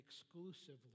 exclusively